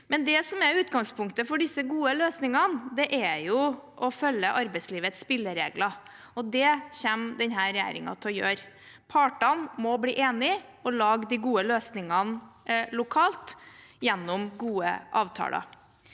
utgangspunktet for disse gode løsningene, er jo å følge arbeidslivets spilleregler, og det kommer denne regjeringen til å gjøre. Partene må bli enige og lage de gode løsningene lokalt gjennom gode avtaler.